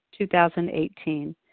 2018